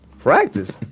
Practice